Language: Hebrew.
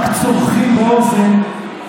רק צורחים באוזן,